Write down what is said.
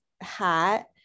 hat